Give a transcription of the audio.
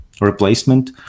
replacement